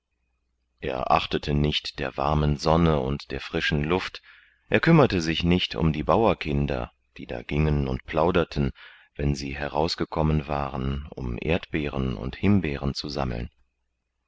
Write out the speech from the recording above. er achtete nicht der warmen sonne und der frischen luft er kümmerte sich nicht um die bauerkinder die da gingen und plauderten wenn sie herausgekommen waren um erdbeeren und himbeeren zu sammeln